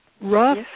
rough